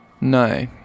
No